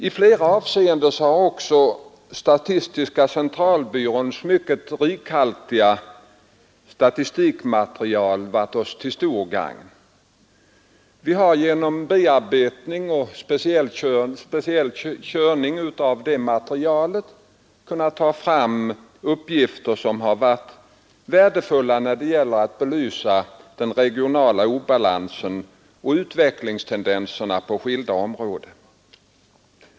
I flera avseenden har också statistiska centralbyråns mycket rikhaltiga statistikmaterial varit oss till stort gagn. Genom bearbetning och speciell körning av det materialet har vi kunnat få fram uppgifter som varit av stort värde när det varit fråga om att belysa den regionala obalansen och utvecklingstendenserna på skilda områden.